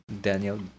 Daniel